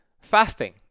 fasting